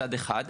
מצד אחד.